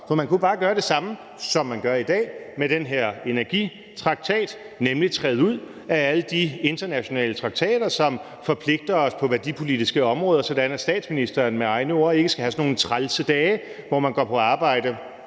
for man kunne bare gøre det samme, som man gør i dag med den her energitraktat, nemlig træde ud af alle de internationale traktater, som forpligter os på værdipolitiske områder, sådan at statsministeren med egne ord ikke skal have sådan nogle trælse dage, hvor man går på arbejde